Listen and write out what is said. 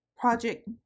Project